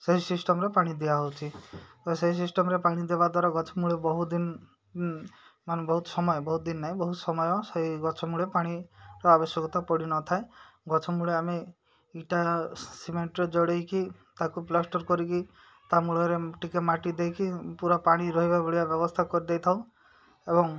ସେହି ସିଷ୍ଟମ୍ରେ ପାଣି ଦିଆହେଉଛି ତ ସେଇ ସିଷ୍ଟମ୍ରେ ପାଣି ଦେବା ଦ୍ୱାରା ଗଛ ମୂଳେ ବହୁତ ଦିନ ମାନେ ବହୁତ ସମୟ ବହୁତ ଦିନ ନାଇଁ ବହୁତ ସମୟ ସେଇ ଗଛ ମୂଳେ ପାଣିର ଆବଶ୍ୟକତା ପଡ଼ିନଥାଏ ଗଛ ମୂଳେ ଆମେ ଇଟା ସିମେଣ୍ଟରେ ଜୋଡ଼େଇକି ତାକୁ ପ୍ଲାଷ୍ଟର କରିକି ତା ମୂଳରେ ଟିକେ ମାଟି ଦେଇକି ପୁରା ପାଣି ରହିବା ଭଳିଆ ବ୍ୟବସ୍ଥା କରିଦେଇଥାଉ ଏବଂ